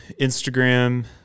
Instagram